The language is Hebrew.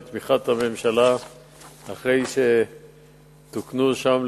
בתמיכת הממשלה אחרי שתוקנו שם,